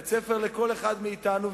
בית-ספר לכל אחד מאתנו,